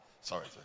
sorry